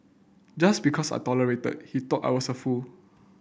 just because I tolerated he thought I was a fool